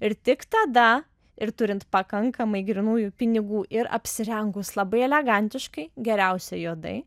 ir tik tada ir turint pakankamai grynųjų pinigų ir apsirengus labai elegantiškai geriausia juodai